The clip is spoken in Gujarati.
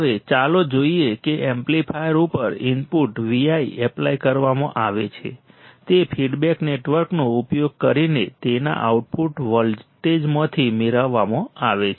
હવે ચાલો જોઈએ કે એમ્પ્લીફાયર ઉપર ઈનપુટ Vi એપ્લાય કરવામાં આવે છે તે ફીડબેક નેટવર્કનો ઉપયોગ કરીને તેના આઉટપુટ વોલ્ટેજમાંથી મેળવવામાં આવે છે